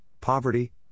poverty